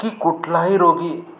की कुठलाही रोगी